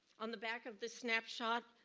on the back of this snapshot,